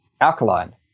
alkaline